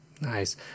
Nice